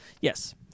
Yes